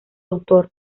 autor